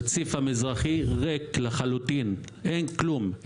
הרציף המזרחי ריק לחלוטין, אין כלום.